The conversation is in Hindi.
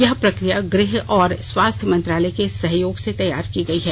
यह प्रक्रिया गृह और स्वास्थ्य मंत्रालय के सहयोग से तैयार की गई है